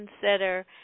consider